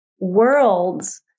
worlds